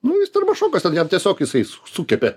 nu jis termo šokas ten jam tiesiog jisai sukepė